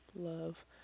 love